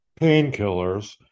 painkillers